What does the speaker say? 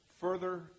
further